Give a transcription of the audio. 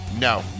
no